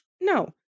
no